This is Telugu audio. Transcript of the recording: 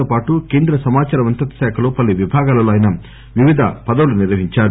తోపాటు కేంద్ర సమాచార మంత్రిత్వశాఖలో పలు విభాగాలలో ఆయన వివిధ పదవులు నిర్వహించారు